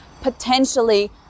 potentially